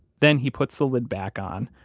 then he puts the lid back on,